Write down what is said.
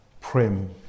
prim